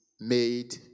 made